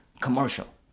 commercial